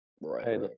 Right